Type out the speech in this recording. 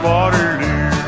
Waterloo